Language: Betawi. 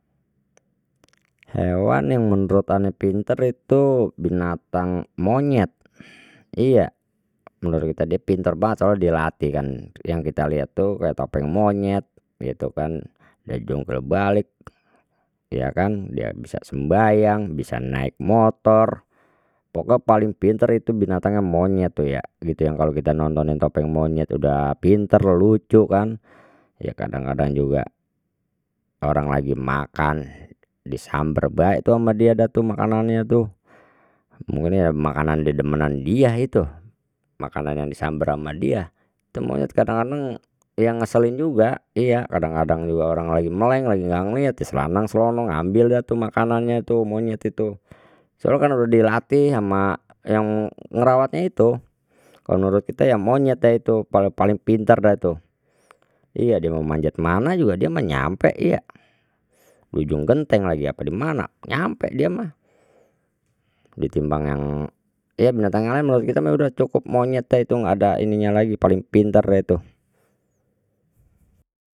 Hewan yang menurut ane pinter itu binatang monyet iya, menurut kita dia pintar banget soalnya dilatih kan yang kita lihat tuh kayak topeng monyet gitu kan ya jungkir balik ya kan dia bisa sembahyang bisa naik motor pokok paling pintar itu binatangnya monyet tuh ya gitu yang kalau kita nontonin topeng monyet udah pinter lucu kan ya kadang kadang juga orang lagi makan disambar bae tu ama dia dah tu makanannya tuh, kemungkinan ya makanan dedemenan dia itu, makanan yang disamber sama dia tu monyet kadang kadang ya ngeselin juga iya kadang kadang juga orang lagi meleng lagi enggak ngelihat dia slanang slonong ngambil dia tuh makanannya tuh monyet itu soalna kan sudah dilatih sama yang ngerawatnya itu, kalau menurut kita ya monyetnya itu paling paling pintar dah tuh iya dia mau manjat kemana juga dia mah sampai iya ujung genteng lagi apa di mana nyampe dia mah, ditimbang yang ya binatang yang laen menurut kita sudah cukup monyet deh itu enggak ada ininya lagi paling pintar deh itu.